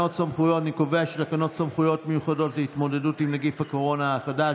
אני קובע שתקנות סמכויות מיוחדות להתמודדות עם נגיף הקורונה החדש